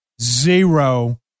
Zero